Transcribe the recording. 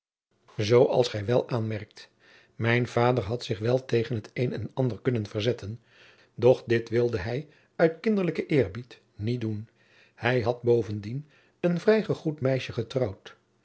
als gij wel aanmerkt mijn vader had zich wel tegen het een en ander kunnen verzetten doch dit wilde hij uit kinderlijken eerbied niet doen hij had bovendien een vrij gegoed meisje getrouwd